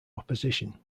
opposition